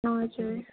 हजुर